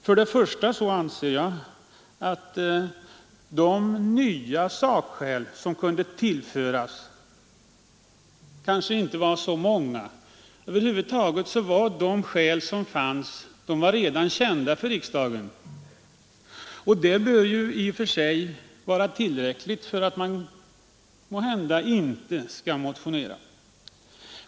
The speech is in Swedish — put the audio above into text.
Först och främst anser jag att de nya sakskäl som kunde tillföras diskussionen inte var så många. Över huvud taget var argumenten redan kända för riksdagen, och det bör måhända i och för sig vara tillräckligt skäl för att man inte skall motionera.